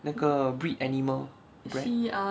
那个 breed animal bred